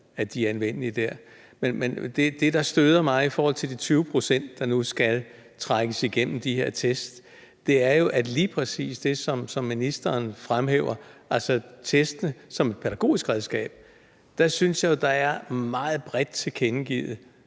at de er anvendelige. Men det, der støder mig i forhold til de 20 pct., der nu skal trækkes igennem de her test, er jo, at det lige præcis, som ministeren fremhæver – altså testene som pædagogisk redskab – er meget bredt tilkendegivet,